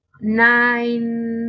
nine